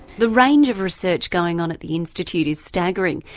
the range of research going on at the institute is staggering.